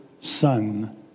Son